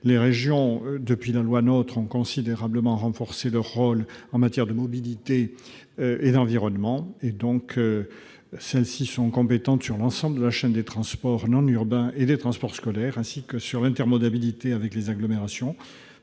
des régions s'est considérablement renforcé en matière de mobilité et d'environnement. Ces dernières sont compétentes sur l'ensemble de la chaîne des transports non urbains et des transports scolaires, ainsi que sur l'intermodalité avec les agglomérations.